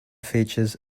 features